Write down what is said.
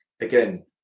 again